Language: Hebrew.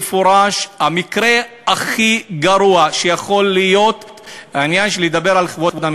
המקרה של רצח מנהל בית-ספר בתוך בית-ספרו